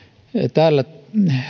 täällä